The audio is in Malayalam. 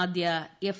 ആദ്യ എഫ്